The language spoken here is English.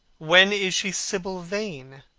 when is she sibyl vane?